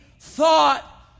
thought